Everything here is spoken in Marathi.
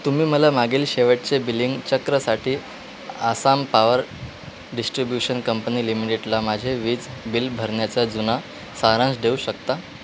तुम्ही मला मागील शेवटचे बिलिंग चक्रसाठी आसाम पावर डिस्ट्रिब्युशन कंपनी लिमिटेडला माझे वीज बिल भरण्याचा जुना सारांश देऊ शकता